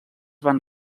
van